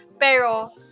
Pero